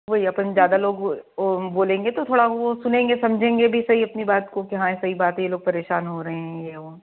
वही अपन ज़्यादा लोग और हम वो बोलेंगे तो थोड़ा वो सुनेंगे समझेंगे भी सही अपनी बात को कि हाँ ये सही बात है ये लोग परेशान हो रहे हैं ये वो